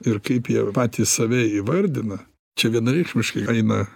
ir kaip jie patys save įvardina čia vienareikšmiškai eina